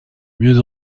mieux